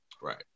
Right